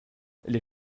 les